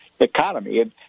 Economy